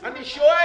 אני שואל.